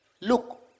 Look